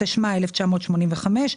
התשמ"ה-1985,